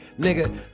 Nigga